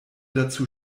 dazu